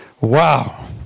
Wow